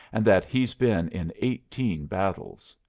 and that he's been in eighteen battles.